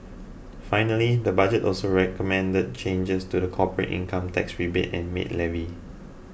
finally the budget also recommended changes to the corporate income tax rebate and maid levy